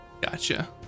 Gotcha